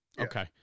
Okay